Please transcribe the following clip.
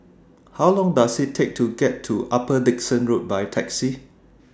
How Long Does IT Take to get to Upper Dickson Road By Taxi